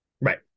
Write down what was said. Right